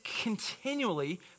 continually